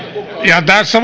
tässä